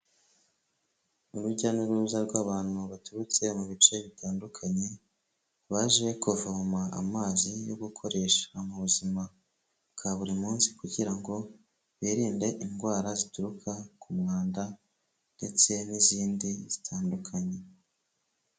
Urujya n'uruza rw'abantu baturutse mu bice bitandukanye baje kuvoma amazi yo gukoresha mu buzima bwa buri munsi, kugira ngo birinde indwara zituruka ku mwanda ndetse n'izindi zitandukanye.